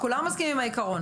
כולנו מסכימים עם העיקרון,